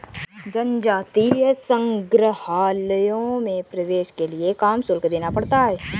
जनजातीय संग्रहालयों में प्रवेश के लिए काम शुल्क देना पड़ता है